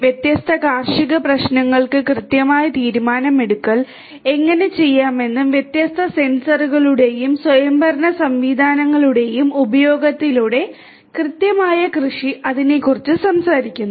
വ്യത്യസ്ത കാർഷിക പ്രശ്നങ്ങൾക്ക് കൃത്യമായ തീരുമാനമെടുക്കൽ എങ്ങനെ ചെയ്യാമെന്ന് വ്യത്യസ്ത സെൻസറുകളുടെയും സ്വയംഭരണ സംവിധാനങ്ങളുടെയും ഉപയോഗത്തിലൂടെ കൃത്യമായ കൃഷി അതിനെക്കുറിച്ച് സംസാരിക്കുന്നു